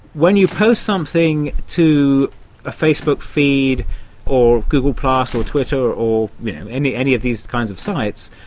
when you post something to a facebook feed or google plus or twitter or any any of these kinds of sites,